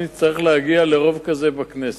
אנחנו נצטרך להגיע לרוב כזה בכנסת.